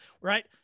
Right